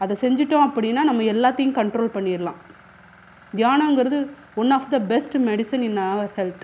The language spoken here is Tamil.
அதை செஞ்சிவிட்டோம் அப்படின்னா நம்ம எல்லாத்தையும் கன்ட்ரோல் பண்ணிடலாம் தியானங்குறது one of the best medicine in hour health